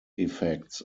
effects